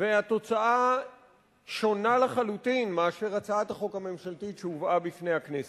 והתוצאה שונה לחלוטין מהצעת החוק הממשלתית שהובאה בפני הכנסת.